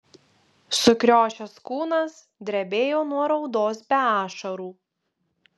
sukriošęs kūnas drebėjo nuo raudos be ašarų